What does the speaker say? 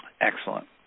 Excellent